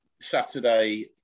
saturday